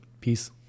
Peace